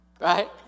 Right